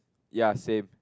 ya same